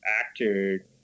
actor